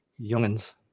youngins